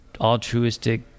altruistic